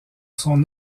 son